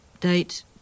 Date